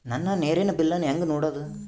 ನನ್ನ ನೇರಿನ ಬಿಲ್ಲನ್ನು ಹೆಂಗ ನೋಡದು?